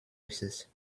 misses